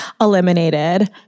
eliminated